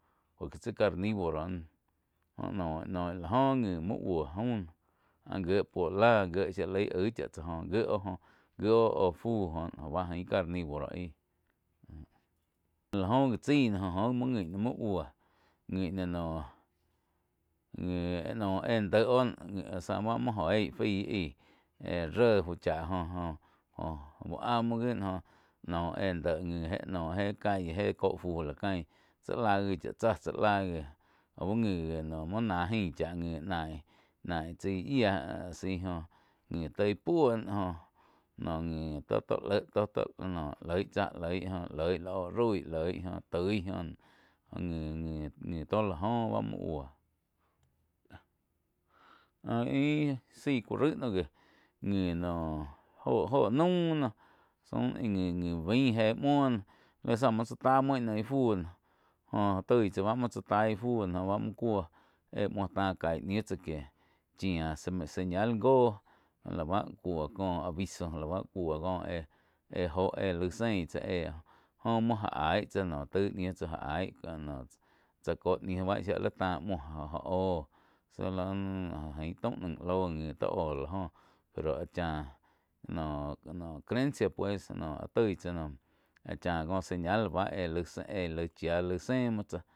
Por que tsi carnivoro jho noh áh joh ngi muo buo jaum noh áh gie puo láh gír shí ali íh aig chá tsáh óh gie oh gó. Gié oh óh fu gó go bá ain carnivoro aí. La joh gi chái no go óh gi muo ngi muoh buó nguin íh noh ngi noh éh déh oh záh muo óh eíh faí aí éh ré fuh chá joh oh bú áh muo gi óh noh éh déh ngi noh éh calle éh cóh fu láh cain. Chá lá gi chá tsáh chá la gih aí ngi jih noh muoh náh jain cháh ngi nain-nain chai yíah joh ngi toi puó joh noh ngi tó-tó léh tó loig tsá loig, loig la óh roig loi jóh toig jo na oh ngi-ngi-ngi tó la joh ba, muo buoh joh íh-íh zai kú raig noh gi ngi noh óho-óho naum noh ngi-ngi bain héh muoh no zá muo tsá tá muo íh fu noh jo toi tsá báh muo tsá taí íh fu no bá muoh cuó éh muo táh cái ñiu tsáh chía señal goh lá bá cuo có aviso la bá cuó ko éh joh éh laig zein tsá éh joh muo já aig tsá noh taig ni tsá áh aih chá có ni báh shía li táh muoh áh hóh tsi ain taum naih lóh ngi tá hóh la joh pero áh cháh noh crencia pues noh toi tsá noh áh chá có señal bá éh lai chía zéh muo tsáh.